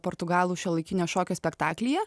portugalų šiuolaikinio šokio spektaklyje